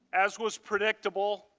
as was predictable,